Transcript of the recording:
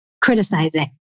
criticizing